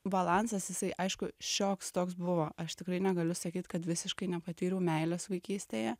balansas jisai aišku šioks toks buvo aš tikrai negaliu sakyt kad visiškai nepatyriau meilės vaikystėje